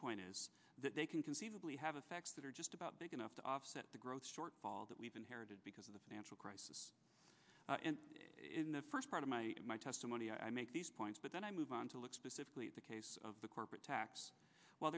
point is that they can conceivably have effects that are just about big enough to offset the growth shortfall that we've inherited because of the financial crisis in the first part of my in my testimony i make these points but then i move on to look specifically at the case of the corporate tax w